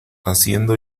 haciendo